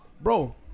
bro